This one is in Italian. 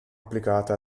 applicate